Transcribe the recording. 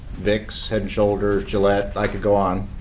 vicks, head and shoulders, gillette. i could go on,